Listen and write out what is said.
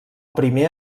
primer